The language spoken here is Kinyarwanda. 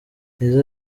nizzo